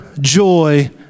joy